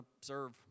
serve